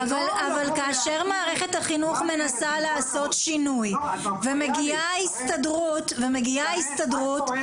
כאשר מערכת החינוך מנסה לעשות שינוי ומגיעה ההסתדרות וכופה